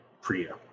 Priya